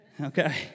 Okay